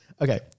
okay